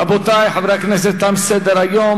רבותי חברי הכנסת, תם סדר-היום.